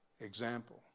example